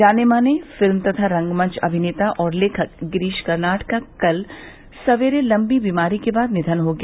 जाने माने फिल्म तथा रंगमंच अभिनेता और लेखक गिरीश कर्नाड का कल सवेरे लम्बी बीमारी के बाद निधन हो गया